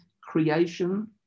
creation